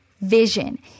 vision